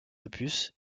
opus